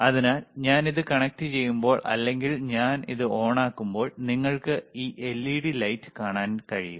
അതിനാൽ ഞാൻ ഇത് കണക്റ്റുചെയ്യുമ്പോൾ അല്ലെങ്കിൽ ഞാൻ അത് ഓണാക്കുമ്പോൾ നിങ്ങൾക്ക് ഈ എൽഇഡി ലൈറ്റ് കാണാൻ കഴിയും